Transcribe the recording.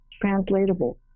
translatable